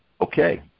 Okay